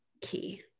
key